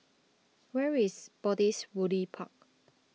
where is Spottiswoode Park